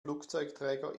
flugzeugträger